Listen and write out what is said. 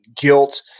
guilt